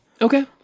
okay